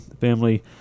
Family